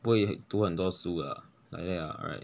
不会读很多书 ah like that ah right